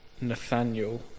nathaniel